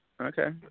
Okay